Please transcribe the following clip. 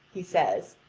he says,